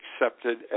accepted